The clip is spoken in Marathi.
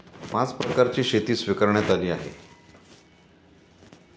पाच प्रकारची शेती स्वीकारण्यात आली आहे